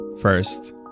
First